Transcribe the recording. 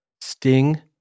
Sting